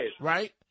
right